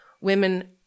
women